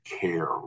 care